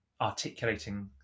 articulating